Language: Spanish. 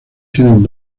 tienen